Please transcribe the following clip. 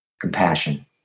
compassion